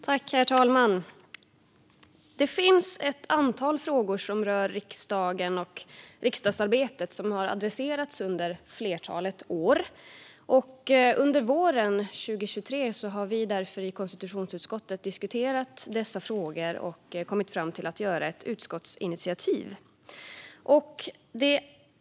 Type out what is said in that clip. Herr talman! Det finns ett antal frågor rörande riksdagen och riksdagsarbetet som har adresserats under ett flertal år. Under våren 2023 har vi i konstitutionsutskottet diskuterat dessa frågor och kommit fram till ett utskottsinitiativ.